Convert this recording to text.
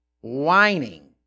whining